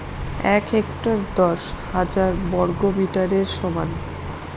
এক হেক্টর দশ হাজার বর্গমিটারের সমান